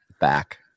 back